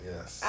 Yes